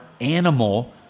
animal